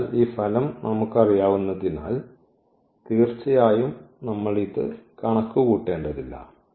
അതിനാൽ ഈ ഫലം നമുക്കറിയാവുന്നതിനാൽ തീർച്ചയായും നമ്മൾ ഇത് കണക്കുകൂട്ടേണ്ടതില്ല